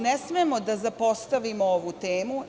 Ne smemo da zapostavimo ovu temu.